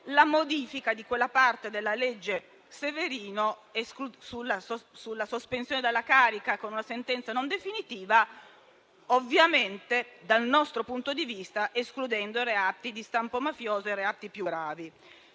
la modifica di quella parte della legge Severino sulla sospensione dalla carica con una sentenza non definitiva (ovviamente, dal nostro punto di vista, escludendo reati di stampo mafioso e reati più gravi);